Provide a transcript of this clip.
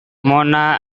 mona